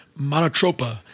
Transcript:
Monotropa